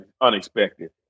unexpected